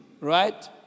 right